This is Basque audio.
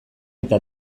eta